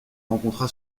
rencontra